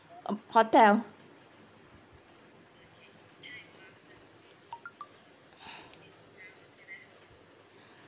um hotel